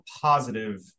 positive